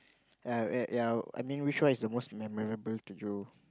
ya ya I mean which one is the most memorable to you